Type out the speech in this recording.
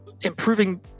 improving